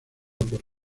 por